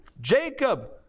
Jacob